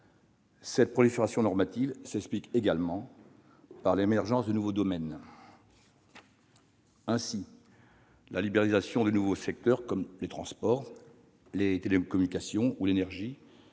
Cette prolifération normative s'explique également par l'émergence de nouveaux domaines. Ainsi la libéralisation de certains secteurs, comme les transports, les télécommunications ou l'énergie,